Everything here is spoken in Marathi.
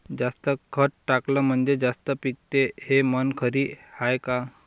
जास्त खत टाकलं म्हनजे जास्त पिकते हे म्हन खरी हाये का?